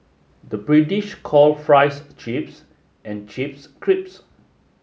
the British call fries chips and chips crisps